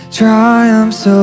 triumphs